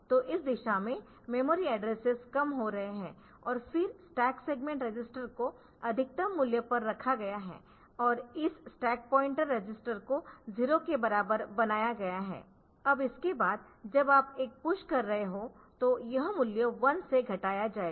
तो इस दिशा में मेमोरी एड्रेसेस कम हो रहे है और फिर स्टैक सेगमेंट रजिस्टर को अधिकतम मूल्य पर रखा गया है और इस स्टैक पॉइंटर रजिस्टर को 0 के बराबर बनाया गया है अब इसके बाद जब भी आप एक पुश कर रहे हों तो यह मूल्य 1 से घटाया जाएगा